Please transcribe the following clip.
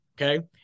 Okay